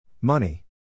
Money